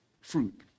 fruit